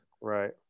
Right